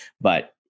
but-